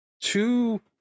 Two